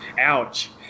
Ouch